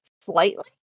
slightly